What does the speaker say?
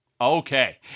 Okay